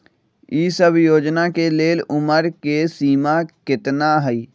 ई सब योजना के लेल उमर के सीमा केतना हई?